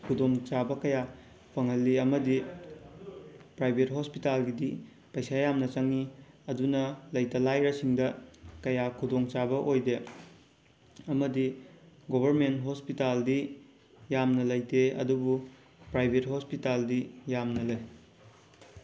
ꯈꯨꯗꯣꯡ ꯆꯥꯕ ꯀꯌꯥ ꯐꯪꯍꯜꯂꯤ ꯑꯃꯗꯤ ꯄ꯭ꯔꯥꯏꯕꯦꯠ ꯍꯣꯁꯄꯤꯇꯥꯜꯒꯤꯗꯤ ꯄꯩꯁꯥ ꯌꯥꯝꯅ ꯆꯪꯏ ꯑꯗꯨꯅ ꯂꯩꯇ ꯂꯥꯏꯔꯁꯤꯡꯗ ꯀꯌꯥ ꯈꯨꯗꯣꯡ ꯆꯥꯕ ꯑꯣꯏꯗꯦ ꯑꯃꯗꯤ ꯒꯣꯕꯔꯃꯦꯟ ꯍꯣꯁꯄꯤꯇꯥꯜꯗꯤ ꯌꯥꯝꯅ ꯂꯩꯇꯦ ꯑꯗꯨꯕꯨ ꯄ꯭ꯔꯥꯏꯕꯦꯠ ꯍꯣꯁꯄꯤꯇꯥꯜꯗꯤ ꯌꯥꯝꯅ ꯂꯩ